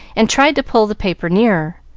and tried to pull the paper nearer.